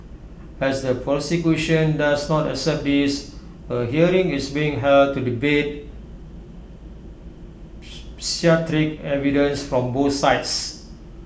as the prosecution does not accept this A hearing is being held to debate evidence from both sides